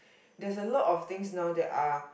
there's a lot of things now that are